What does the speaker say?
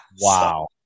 Wow